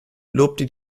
lobte